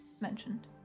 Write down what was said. mentioned